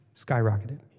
skyrocketed